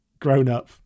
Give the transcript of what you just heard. grown-up